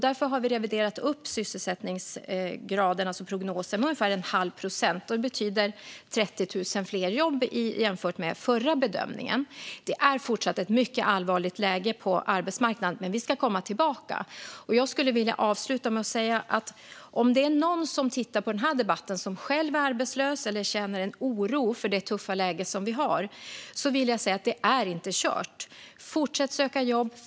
Därför har vi reviderat upp prognosen för sysselsättningsgraden med ungefär en halv procent. Det betyder 30 000 fler jobb jämfört med förra bedömningen. Det är fortsatt ett mycket allvarligt läge på arbetsmarknaden, men vi ska komma tillbaka. Om det är någon som tittar på den här debatten och själv är arbetslös eller känner oro för det tuffa läge som vi har vill jag säga: Det är inte kört. Fortsätt söka jobb!